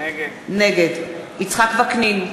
נגד יצחק וקנין,